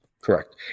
Correct